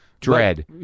dread